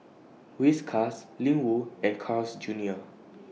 Whiskas Ling Wu and Carl's Junior